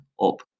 up